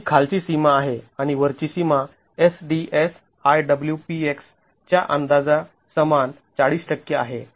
ती खालची सीमा आहे आणि वरची सीमा SDS Iw px च्या अंदाजा समान ४० आहे